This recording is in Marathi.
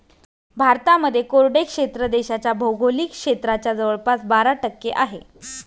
भारतामध्ये कोरडे क्षेत्र देशाच्या भौगोलिक क्षेत्राच्या जवळपास बारा टक्के आहे